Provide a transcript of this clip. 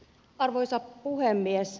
arvoisa puhemies